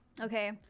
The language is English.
Okay